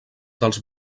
dels